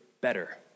better